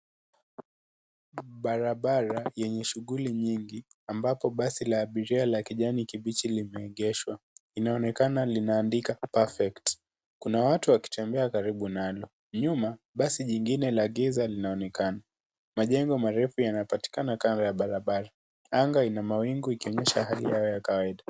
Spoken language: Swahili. Barabara yenye shughuli nyingi ambapo basi la abiria la kijani kibichi limeegeshwa. Linaonekana linaandikwa perfect. Kuna watu wakitembea karibu nalo. Nyuma basi lingine la giza linaonekana. Mjengo marefu yanapatikana kando ya barabara. Anga ina mawingu ikionyesha hali ya kawaida.